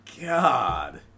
God